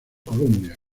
colombia